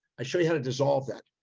i show you how to dissolve that.